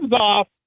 off